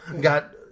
got